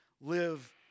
live